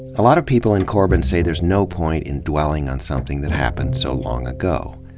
a lot of people in corbin say there's no point in dwe lling on something that happened so long ago.